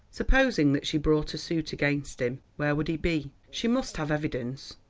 supposing that she brought a suit against him where would he be? she must have evidence,